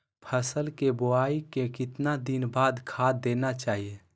फसल के बोआई के कितना दिन बाद खाद देना चाइए?